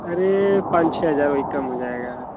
अरे पाँच छः हज़ार वही कम हो जाएगा